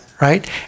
right